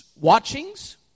Watchings